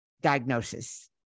diagnosis